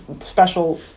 special